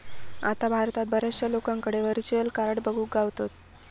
आता भारतात बऱ्याचशा लोकांकडे व्हर्चुअल कार्ड बघुक गावतत